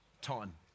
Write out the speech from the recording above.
time